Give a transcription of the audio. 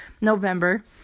November